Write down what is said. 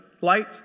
light